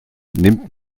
nimmt